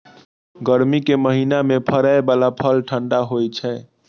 गर्मी के महीना मे फड़ै बला फल ठंढा होइ छै